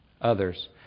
others